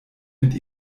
mit